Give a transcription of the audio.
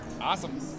Awesome